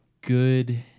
good